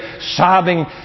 sobbing